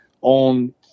on